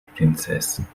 princess